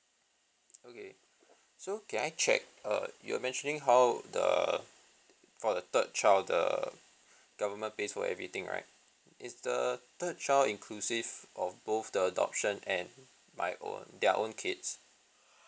okay so can I check err you're mentioning how the for the third child the government pays for everything right it's the third child inclusive of both the adoption and my own their own kids